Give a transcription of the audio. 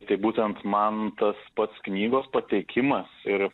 tai būtent man tas pats knygos pateikimas ir